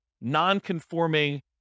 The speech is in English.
non-conforming